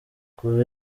kuva